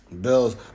Bills